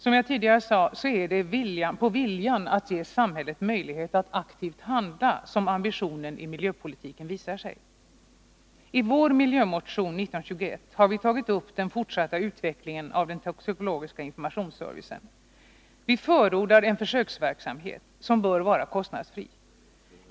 Som jag tidigare sade är det i viljan att ge samhället möjlighet att aktivt handla som ambitionen i miljöpolitiken visar sig. I vår miljömotion 1921 har vi tagit upp den fortsatta utvecklingen av den toxikologiska informationsservicen. Vi förordar en försöksverksamhet, som bör vara kostnadsfri.